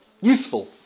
useful